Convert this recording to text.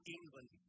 England